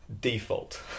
default